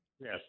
Yes